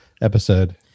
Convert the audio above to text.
episode